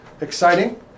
exciting